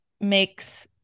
makes